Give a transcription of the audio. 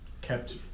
kept